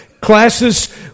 classes